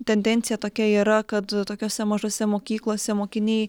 tendencija tokia yra kad tokiose mažose mokyklose mokiniai